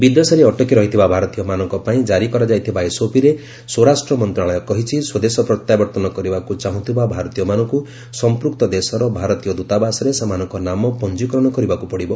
ବିଦେଶରେ ଅଟକି ରହିଥିବା ଭାରତୀୟମାନଙ୍କ ପାଇଁ ଜାରି କରାଯାଇଥିବା ଏସ୍ଓପିରେ ସ୍ୱରାଷ୍ଟ୍ର ମନ୍ତ୍ରଣାଳୟ କହିଛି ସ୍ୱଦେଶ ପ୍ରତ୍ୟାବର୍ତ୍ତନ କରିବାକୁ ଚାହୁଁଥିବା ଭାରତୀୟମାନଙ୍କୁ ସଫପୃକ୍ତ ଦେଶର ଭାରତୀୟ ଦୂତାବାସରେ ସେମାନଙ୍କର ନାମ ପଞ୍ଜିକରଣ କରିବାକୁ ପଡ଼ିବ